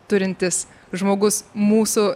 turintis žmogus mūsų